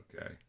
Okay